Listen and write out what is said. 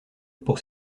pour